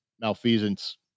malfeasance